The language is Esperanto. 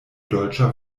dolĉa